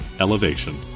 elevation